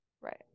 Right